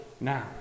now